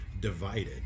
divided